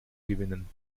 gewinnen